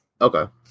Okay